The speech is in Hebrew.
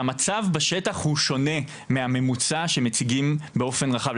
שהמצב בשטח הוא שונה מהממוצע שמציגים באופן רחב.